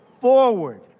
forward